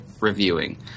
reviewing